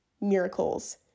miracles